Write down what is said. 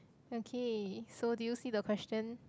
okay so do you see the question